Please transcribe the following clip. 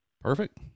Perfect